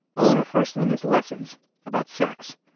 olin refers to them as lessons about sex.